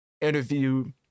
interview